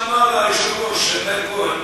שאמר היושב-ראש מאיר כהן,